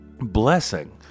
blessing